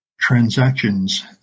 transactions